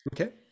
Okay